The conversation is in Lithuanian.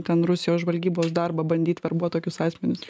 ten rusijos žvalgybos darbą bandyt verbuot tokius asmenis